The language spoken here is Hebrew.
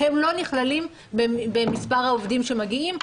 הם לא נכללים במספר העובדים שמגיעים.